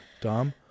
Dom-